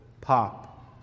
Pop